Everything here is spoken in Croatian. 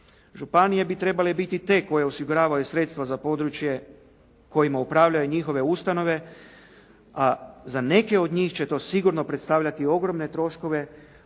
Županije bi trebale biti te koje osiguravaju sredstva za područje kojima upravljaju njihove ustanove, a za neke od njih će to sigurno predstavljati ogromne troškove